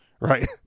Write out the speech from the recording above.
right